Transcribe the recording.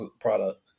product